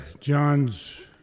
John's